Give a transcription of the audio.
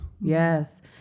Yes